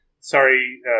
Sorry